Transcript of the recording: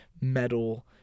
metal